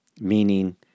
Meaning